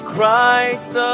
Christ